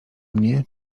mnie